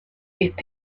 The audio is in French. est